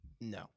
No